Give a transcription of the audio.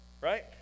right